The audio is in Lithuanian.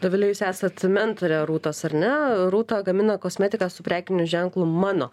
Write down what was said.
dovile jūs esat mentorė rūtos ar ne rūta gamina kosmetiką su prekiniu ženklu mano